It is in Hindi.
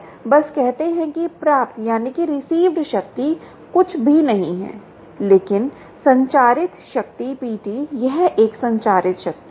यह बस कहते हैं कि प्राप्त शक्ति कुछ भी नहीं है लेकिन संचरित शक्ति PT यह एक संचरित शक्ति है